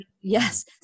Yes